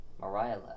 Mariah